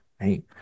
right